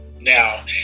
Now